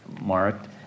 marked